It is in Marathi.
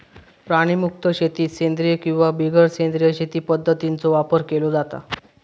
प्राणीमुक्त शेतीत सेंद्रिय किंवा बिगर सेंद्रिय शेती पध्दतींचो वापर केलो जाता